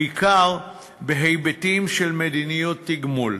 בעיקר בהיבטים של מדיניות תגמול,